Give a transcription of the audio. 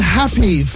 happy